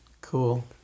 cool